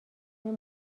این